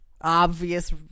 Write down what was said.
obvious